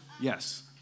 Yes